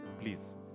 Please